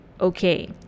okay